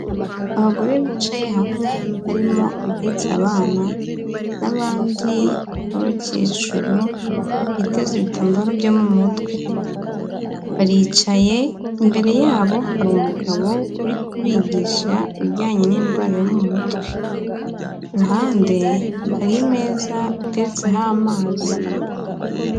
Abagore bicaye hamwe, harimo uhetse abana, n'abandi b'abakecuru biteze ibitambaro byo mu mutwe, baricaye, imbere yabo hari umugabo uri kubigisha ibijyanye n'indwara yo mu mutwe, ku ruhande hari imeza iteretseho amazi.